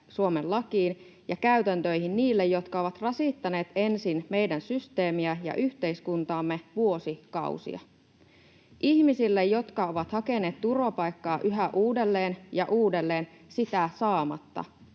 Suomen lakiin ja käytäntöihin niille, jotka ovat rasittaneet ensin meidän systeemiä ja yhteiskuntaamme vuosikausia, ihmisille, jotka ovat hakeneet turvapaikkaa yhä uudelleen ja uudelleen sitä saamatta.